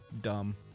dumb